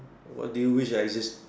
what did you wish I just